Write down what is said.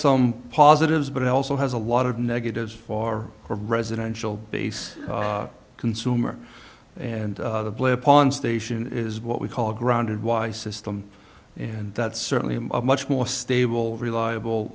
some positives but it also has a lot of negatives for residential base consumer and a blip on station is what we call grounded why system and that's certainly a much more stable reliable